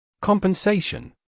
Compensation